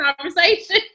conversation